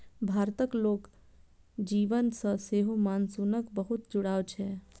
भारतक लोक जीवन सं सेहो मानसूनक बहुत जुड़ाव छै